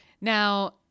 now